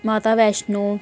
Mata Vaishno